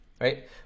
right